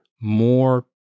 more